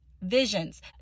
visions